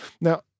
now